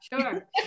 sure